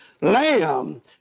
lamb